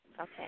Okay